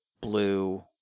blue